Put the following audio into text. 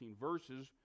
verses